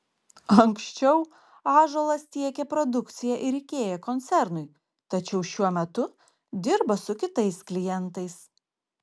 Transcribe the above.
anksčiau ąžuolas tiekė produkciją ir ikea koncernui tačiau šiuo metu dirba su kitais klientais